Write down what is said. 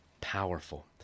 powerful